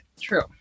True